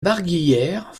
barguillère